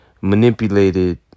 manipulated